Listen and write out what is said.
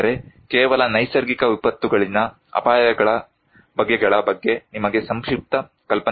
ಆದರೆ ಕೇವಲ ನೈಸರ್ಗಿಕ ವಿಪತ್ತುಗಳಲ್ಲಿನ ಅಪಾಯಗಳ ಬಗೆಗಳ ಬಗ್ಗೆ ನಿಮಗೆ ಸಂಕ್ಷಿಪ್ತ ಕಲ್ಪನೆಯನ್ನು ನೀಡುತ್ತೇವೆ